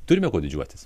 turime kuo didžiuotis